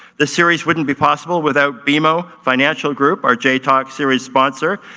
this series wouldn't be possible without bmo financial group, our j-talk series sponsor,